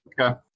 Okay